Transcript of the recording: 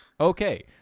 okay